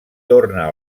torna